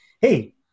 hey